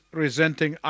resenting